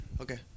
Okay